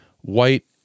white